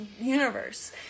universe